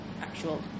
actual